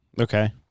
Okay